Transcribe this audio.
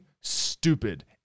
stupid